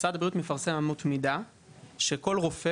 משרד הבריאות מפרסם אמות מידה שכל רופא,